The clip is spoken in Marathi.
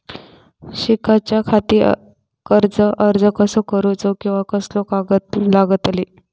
शिकाच्याखाती कर्ज अर्ज कसो करुचो कीवा कसले कागद लागतले?